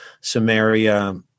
Samaria